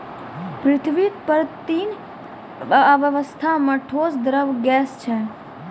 पृथ्वी पर तीन अवस्था म ठोस, द्रव्य, गैस छै